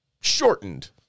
shortened